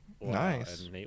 Nice